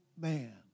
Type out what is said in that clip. man